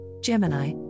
Gemini